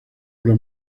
obra